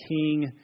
king